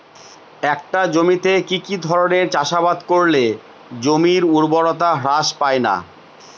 একটা জমিতে কি কি ধরনের চাষাবাদ করলে জমির উর্বরতা হ্রাস পায়না?